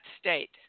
state